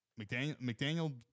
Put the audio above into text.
McDaniel